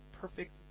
perfect